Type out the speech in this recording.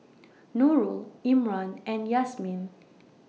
Nurul Imran and Yasmin